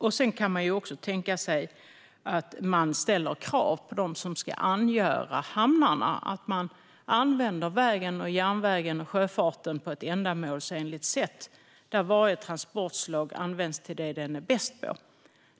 Man kan vidare tänka sig att ställa krav på dem som ska angöra hamnarna så att de använder vägen, järnvägen och sjöfarten på ett ändamålsenligt sätt där varje transportslag används till vad det är bäst på.